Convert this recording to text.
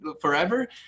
forever